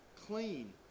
clean